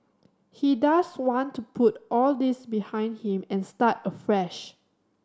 he does want to put all this behind him and start afresh